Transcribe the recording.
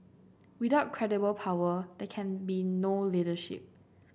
without credible power they can be no leadership